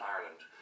Ireland